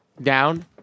Down